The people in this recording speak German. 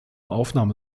aufnahme